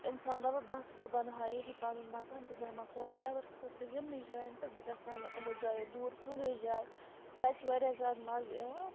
انسان دَپان بَس بہٕ بناوٕ ہا ییٚتی پَنُن مکان بہٕ بیٚہمہٕ ہا فار ایٚوَر خٲطرٕ یِمنٕے جایَن پٮ۪ٹھ بہٕ گژھہٕ ہا نہٕ یِمو جایو دوٗر کُنے جایہِ تَتہِ چھُ واریاہ زیادٕ مَزٕ یِوان